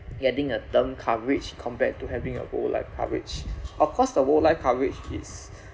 getting a term coverage compared to having a all life coverage of course the all life coverage is